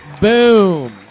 Boom